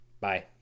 Bye